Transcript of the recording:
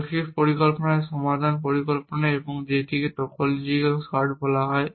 রৈখিক পরিকল্পনায় সমাধান পরিকল্পনায় এবং যেটিকে টপোলজিক্যাল সর্ট বলা হয়